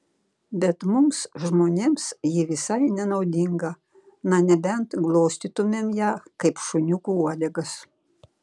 bet mums žmonėms ji visai nenaudinga na nebent glostytumėm ją kaip šuniukų uodegas